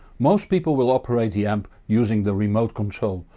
most people will operate the amp using the remote control,